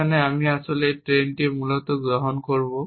যেখানে আমি আসলে এই ট্রেনটি মূলত গ্রহণ করব